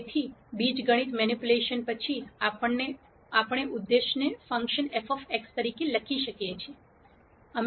કેટલાક બીજગણિત મેનીપ્યુલેશન પછી આપણે ઉદ્દેશ ને ફંક્શન f તરીકે લખી શકીએ છીએ